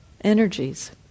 energies